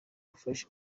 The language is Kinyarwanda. gufasha